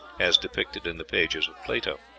as depicted in the pages of plato.